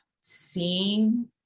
seeing